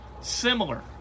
similar